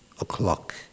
o'clock